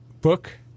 book